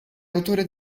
autore